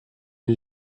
nel